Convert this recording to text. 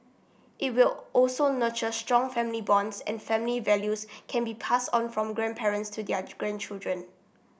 it will also nurture strong family bonds and family values can be passed on from grandparents to their grandchildren